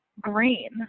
green